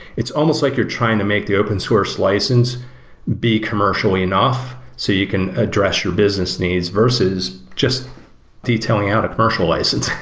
it's almost like you're trying to make the open-source license be commercially enough so you can address your business needs versus just detailing out a commercial license,